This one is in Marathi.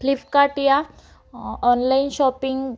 फ्लिपकार्ट या ऑनलाइन शॉपिंग